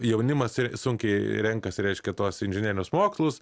jaunimas ir sunkiai renkasi reiškia tuos inžinerinius mokslus